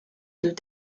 deux